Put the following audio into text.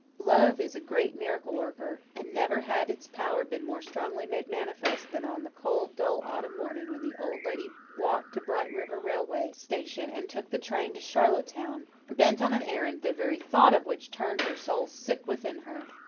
love is a great miracle worker and never had its power been more strongly made manifest than on the cold, dull autumn morning when the old lady walked to bright river railway station and took the train to charlottetown, bent on an errand the very thought of which turned her soul sick within her.